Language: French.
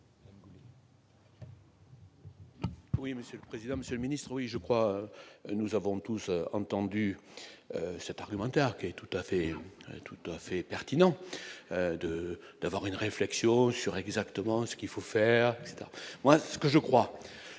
Oui, Monsieur le président, Monsieur le ministre, oui, je crois, nous avons tous entendu cet argumentaire qui est tout à fait, tout à fait pertinent de d'avoir une réflexion sur exactement ce qu'il faut. C'est à moi, ce que je crois